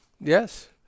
Yes